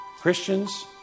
Christians